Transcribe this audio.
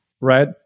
Right